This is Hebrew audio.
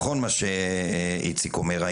מה שאיציק אומר,